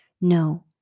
No